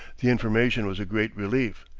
the information was a great relief.